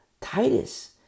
Titus